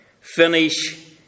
finish